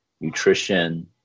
nutrition